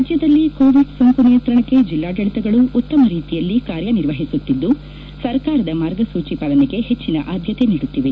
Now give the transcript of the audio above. ರಾಜ್ಯದಲ್ಲಿ ಕೊರೋನಾ ಸೋಂಕು ನಿಯಂತ್ರಣಕ್ಕೆ ಜಿಲ್ಲಾಡಳಿಗಳು ಉತ್ತಮ ರೀತಿಯಲ್ಲಿ ಕಾರ್ಯನಿರ್ವಹಿಸುತ್ತಿದ್ದು ಸರ್ಕಾರದ ಮಾರ್ಗಸೂಚಿ ಪಾಲನೆಗೆ ಹೆಚ್ಚಿನ ಆದ್ಯತೆ ನೀಡುತ್ತಿದೆ